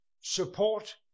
support